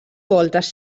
voltes